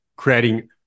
creating